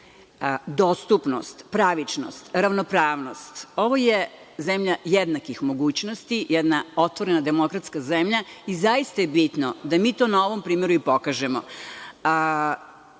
dostupnost, pravičnost, ravnopravnost. Ovo je zemlja jednakih mogućnosti, jedna otvorena, demokratska zemlja i zaista je bitno da mi to na ovom primeru i pokažemo.